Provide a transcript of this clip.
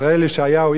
ישראל ישעיהו,